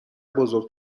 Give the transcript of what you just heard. بزرگ